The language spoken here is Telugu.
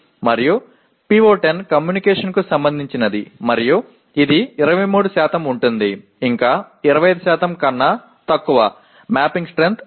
మరియు PO10 కమ్యూనికేషన్కు సంబంధించినది మరియు ఇది 23 ఉంటుంది ఇంకా 25 కన్నా తక్కువ మ్యాపింగ్ స్ట్రెంగ్త్ 1